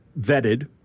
vetted